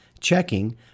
checking